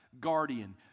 guardian